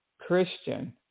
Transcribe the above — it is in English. Christian